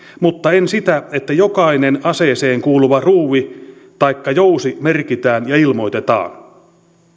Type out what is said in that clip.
mutta en sitä että jokainen aseeseen kuuluva ruuvi taikka jousi merkitään ja ilmoitetaan